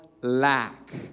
lack